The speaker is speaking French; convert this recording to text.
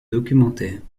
documentaires